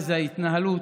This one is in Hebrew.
שזאת ההתנהלות,